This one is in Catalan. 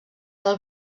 del